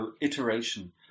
iteration